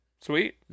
Sweet